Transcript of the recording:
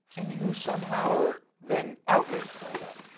and, you somehow are then outraged by that.